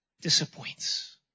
disappoints